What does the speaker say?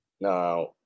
Now